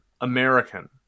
american